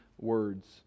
words